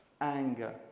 anger